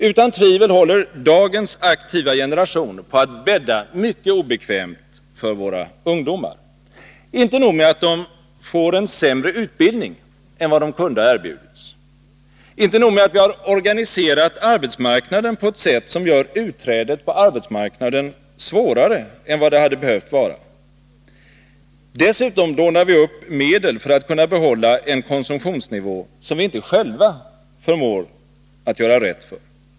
Utan tvivel håller dagens aktiva generation på att bädda mycket obekvämt för våra ungdomar. Inte nog med att de får en sämre utbildning än vad de kunde ha erbjudits. Inte nog med att vi har organiserat arbetsmarknaden på ett sätt som gör utträdet på arbetsmarknaden svårare än vad det hade behövt vara. Dessutom lånar vi upp medel för att kunna behålla en konsumtionsnivå som vi inte själva förmår att göra rätt för.